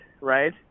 right